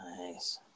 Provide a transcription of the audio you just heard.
nice